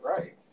right